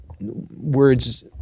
words